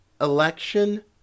election